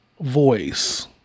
Voice